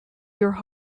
your